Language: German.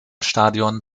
stadion